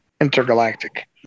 Intergalactic